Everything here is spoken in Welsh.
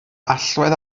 allwedd